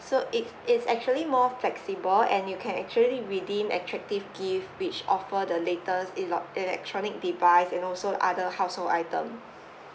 so it's it's actually more flexible and you can actually redeem attractive gift which offer the latest ele~ electronic device and also other household item